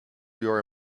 your